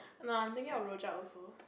no I'm thinking of Rojak also